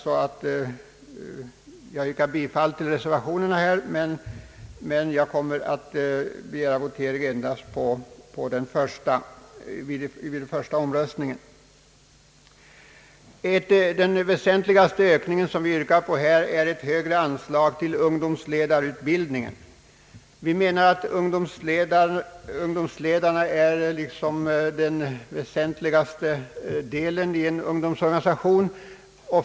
Jag yrkar bifall till våra reservationer här, men jag kommer att begära votering endast i den första omröstningen. Den största ökning som vi yrkar här gäller en höjning av anslaget till ungdomsledarutbildningen. Vi menar att ungdomsledarna är den viktigaste delen i en ungdomsorganisation.